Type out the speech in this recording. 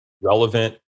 relevant